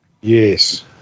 Yes